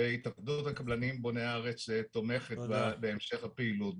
והתאחדות הקבלנים תומכת בוני הארץ תומכת בהמשך הפעילות.